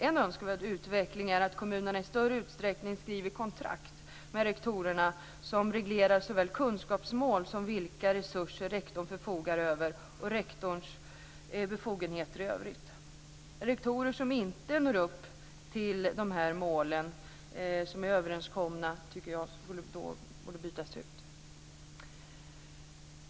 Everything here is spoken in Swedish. En önskvärd utveckling är att kommunerna i större utsträckning skriver kontrakt med rektorerna som reglerar såväl kunskapsmål som vilka resurser som rektorn förfogar över och rektorns befogenheter i övrigt. Rektorer som inte når upp till de överenskomna målen tycker jag borde bytas ut.